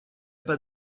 pas